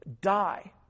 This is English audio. die